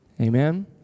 Amen